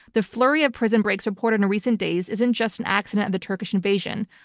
the flurry of prison breaks reported in recent days isn't just an accident of the turkish invasion.